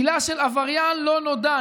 עילה: עבריין לא נודע.